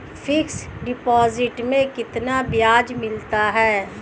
Fix deposit में कितना ब्याज मिलता है?